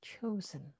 chosen